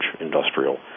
industrial